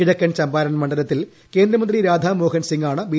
കിഴക്കൻ ചമ്പാരൻ മണ്ഡലത്തിൽ കേന്ദ്രമന്ത്രി രാധാ മോഹൻ സിംഗ് ആണ് ബി